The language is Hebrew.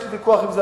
יש לי ויכוח על כך,